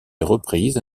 reprise